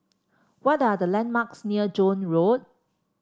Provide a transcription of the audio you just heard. what are the landmarks near Joan Road